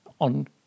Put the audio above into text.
on